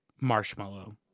marshmallow